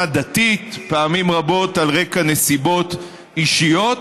דתית ופעמים רבות על רקע נסיבות אישיות,